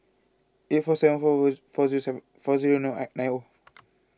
eight four seven four four four zero seven four zero naught nine O